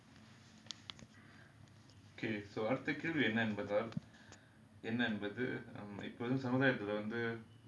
okay so அடுத்தகேள்விஎன்னஎன்பதால்என்னஎன்பதுஇப்போவந்துசமுதாயத்துக்குவந்து:adutha kelvi enna enbathal enna enbathu ipo vandhu samuthayathuku vandhu